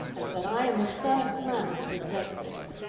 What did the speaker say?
and said, i am the first man to have read this,